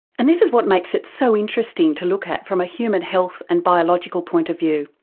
and this is what makes it so interesting to look at from a human health and biological point of view.